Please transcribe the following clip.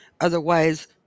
Otherwise